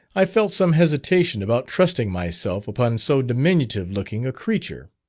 i felt some hesitation about trusting myself upon so diminutive looking a creature.